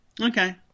Okay